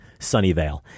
Sunnyvale